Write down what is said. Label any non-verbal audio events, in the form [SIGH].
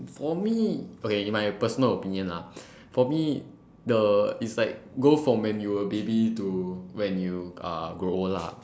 for me okay in my personal opinion lah [BREATH] for me the is like go from when you were a baby to when uh you grow old lah